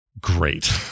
great